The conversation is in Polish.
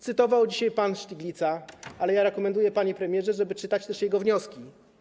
Cytował pan dzisiaj Stiglitza, ale ja rekomenduję, panie premierze, żeby czytać też jego wnioski.